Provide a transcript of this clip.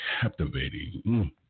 captivating